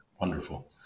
wonderful